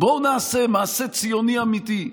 בואו נעשה מעשה ציוני אמיתי,